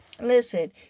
Listen